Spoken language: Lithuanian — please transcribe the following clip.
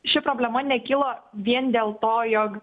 ši problema nekilo vien dėl to jog